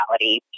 reality